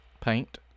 Paint